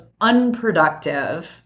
unproductive